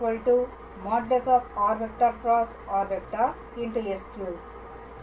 κ |r×r| s3 சரி